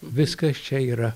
viskas čia yra